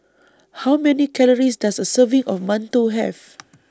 How Many Calories Does A Serving of mantou Have